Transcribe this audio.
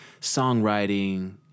songwriting